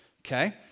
okay